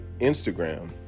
Instagram